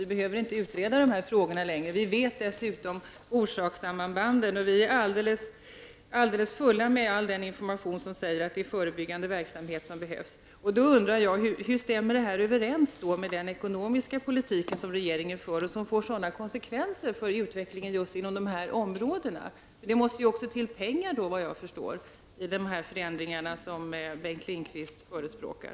Vi behöver inte utreda dessa frågor längre. Vi känner dessutom till orsakssambanden, och vi har riklig tillgång på information som säger att det är förebyggande verksamhet som behövs. Jag undrar om detta stämmer överens med den ekonomiska politik som regeringen bedriver och som får sådana konsekvenser för utvecklingen just på dessa områden. Efter vad jag förstår måste det också till pengar för dessa förändringar som Bengt Lindqvist förespråkar.